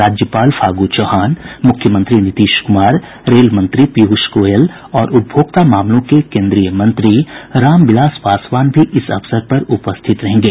राज्यपाल फागू चौहान मुख्यमंत्री नीतीश कुमार रेल मंत्री पीयूष गोयल और उपभोक्ता मामलों के केन्द्रीय मंत्री रामविलास पासवान भी इस अवसर पर उपस्थित रहेंगे